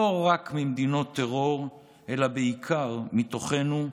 לא רק ממדינות טרור אלא בעיקר מתוכנו,